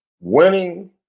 Winning